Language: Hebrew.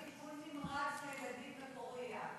אולי יהיה לנו טיפול נמרץ לילדים בפוריה.